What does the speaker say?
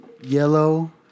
yellow